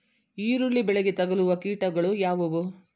ಈರುಳ್ಳಿ ಬೆಳೆಗೆ ತಗಲುವ ಕೀಟಗಳು ಯಾವುವು?